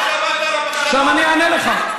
על הבכיינות, עכשיו אני אענה לך.